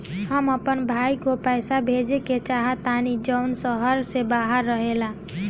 हम अपन भाई को पैसा भेजे के चाहतानी जौन शहर से बाहर रहेला